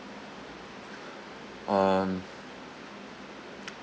um